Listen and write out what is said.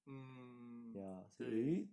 mm mm mm 对